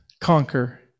conquer